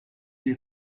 die